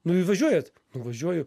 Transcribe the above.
nu ir važiuojat nu važiuoju